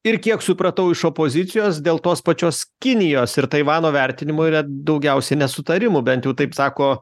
ir kiek supratau iš opozicijos dėl tos pačios kinijos ir taivano vertinimų yra daugiausiai nesutarimų bent jau taip sako